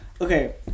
Okay